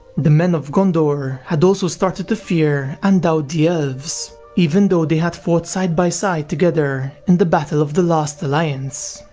the men of gondor had also started to fear and doubt the elves even though they had fought side by side together in the battle of the last alliance,